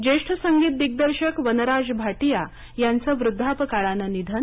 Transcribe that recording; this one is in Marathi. ज्येष्ठ संगीत दिग्दर्शक वनराज भाटीया यांचं वृद्धापकाळानं निधन